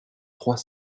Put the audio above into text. trois